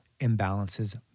imbalances